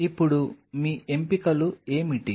ఇప్పుడు మీ ఎంపికలు ఏమిటి